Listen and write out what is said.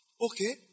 Okay